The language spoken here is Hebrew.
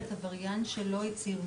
עבריין שלא הצהיר,